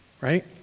right